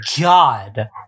God